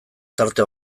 tarte